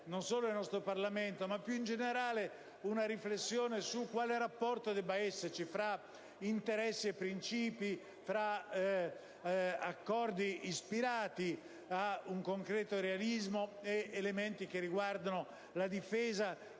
Paese e nel nostro Parlamento ma più in generale, una riflessione su quale rapporto debba esserci fra interessi e principi, fra accordi ispirati a un concreto realismo ed elementi che riguardano la difesa